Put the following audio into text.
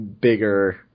bigger